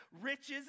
Riches